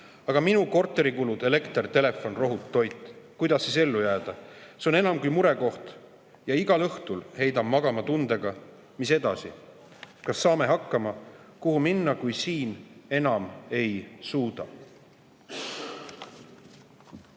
aga minu korterikulud, elekter, telefon, rohud, toit? Kuidas ellu jääda? – see on [suur] murekoht. Igal õhtul heidan magama tundega: mis edasi, kas saame hakkama? Kuhu minna, kui siin enam ei suuda?